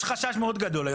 יש חשש מאוד גדול היום.